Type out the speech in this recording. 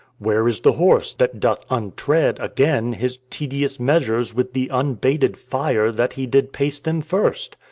where is the horse that doth untread again his tedious measures with the unbated fire that he did pace them first?